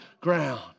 ground